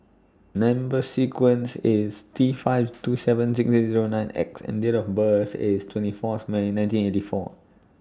Number sequence IS T five two seven six eight Zero nine X and Date of birth IS twenty four May nineteen eighty four